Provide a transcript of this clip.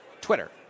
Twitter